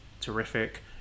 terrific